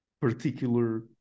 particular